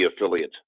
affiliate